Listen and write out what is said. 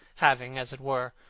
having, as it were,